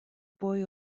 boy